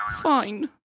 Fine